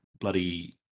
bloody